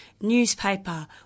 Newspaper